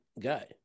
guy